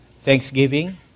Thanksgiving